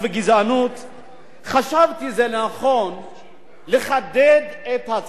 חשבתי שנכון לחדד את החוק הקיים